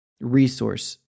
resource